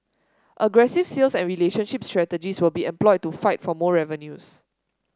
aggressive sales and relationship strategies will be employed to fight for more revenues